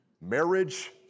marriage